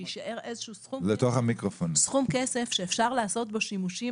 שיישאר איזשהו סכום כסף שאפשר לעשות בו שימושים